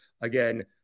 Again